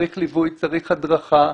צריך ליווי, צריך הדרכה,